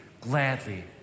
gladly